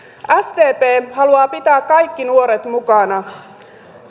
sdp haluaa pitää kaikki nuoret mukana